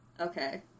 Okay